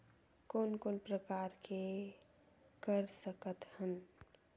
कोन कोन प्रकार के कर सकथ हन?